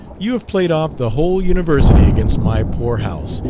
you have played off the whole university against my poor house,